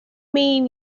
mean